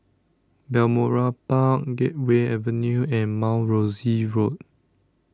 Balmoral Park Gateway Avenue and Mount Rosie Road